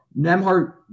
Nemhart